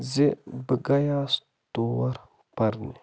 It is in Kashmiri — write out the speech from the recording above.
زِ بہٕ گٔیوس تور پَرنہِ